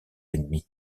ennemis